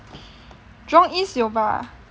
jurong east 有吧